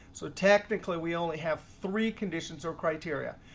so technically we only have three conditions or criteria.